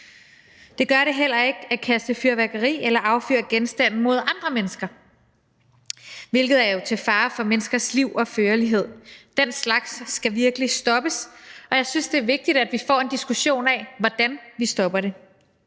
Det gør det heller ikke at kaste fyrværkeri eller affyre genstande mod andre mennesker, hvilket jo er til fare for menneskers liv og førlighed. Den slags skal virkelig stoppes, og jeg synes, det er vigtigt, at vi får en diskussion af, hvordan vi stopper det.